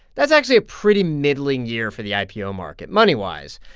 that's actually a pretty middling year for the ipo market moneywise.